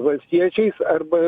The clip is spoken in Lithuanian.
valstiečiais arba